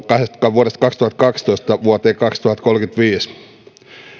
vuodesta kaksituhattakaksitoista vuoteen kaksituhattakolmekymmentäviisi